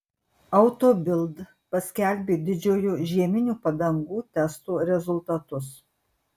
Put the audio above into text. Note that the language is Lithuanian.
auto bild paskelbė didžiojo žieminių padangų testo rezultatus